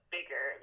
Bigger